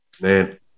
Man